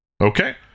Okay